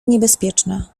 niebezpieczną